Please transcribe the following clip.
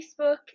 facebook